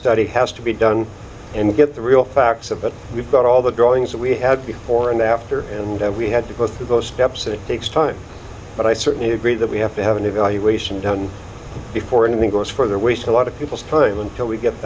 study has to be done and get the real facts of it we've got all the drawings that we had before and after and we had to go through those steps it takes time but i certainly agree that we have to have an evaluation done before anything goes for waste a lot of people's time until we get